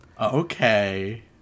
Okay